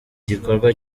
gikorwa